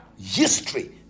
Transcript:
history